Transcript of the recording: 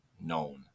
known